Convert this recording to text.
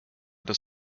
das